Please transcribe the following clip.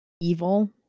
evil